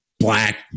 Black